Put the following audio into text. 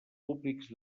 públics